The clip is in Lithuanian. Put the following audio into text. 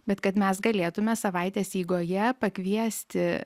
bet kad mes galėtume savaitės eigoje pakviesti